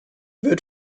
wird